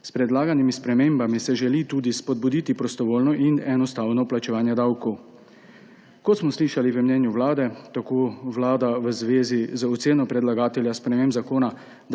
S predlaganimi spremembami se želi tudi spodbuditi prostovoljno in enostavno plačevanje davkov. Kot smo slišali v mnenju Vlade, tako Vlada, v zvezi z oceno predlagatelja sprememb zakona,